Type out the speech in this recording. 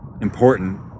important